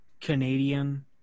Canadian